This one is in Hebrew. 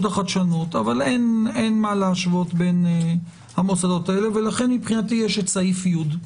החדשנות אבל אין מה להשוות בין המוסדות האלה ולכן יש סעיף י.